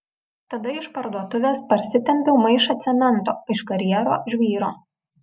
tada iš parduotuvės parsitempiau maišą cemento iš karjero žvyro